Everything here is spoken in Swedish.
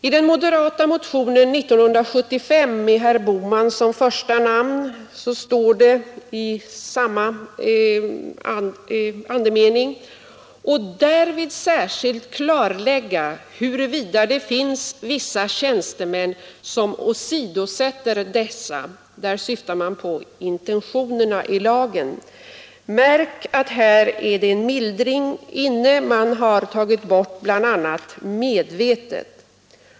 I den moderata motionen 1975 med herr Bohman som första namn ——— och därvid särskilt klarlägga huruvida det anförs i samma ärende: ” finns vissa tjänstemän som åsidosätter dessa” — där syftar man på intentionerna i lagen. Märk att här är det en mildring — man har tagit bort bl.a. ordet ”medvetet”.